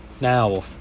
Now